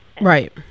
Right